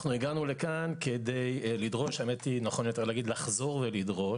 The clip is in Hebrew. אנחנו הגענו לכאן כדי לחזור ולדרוש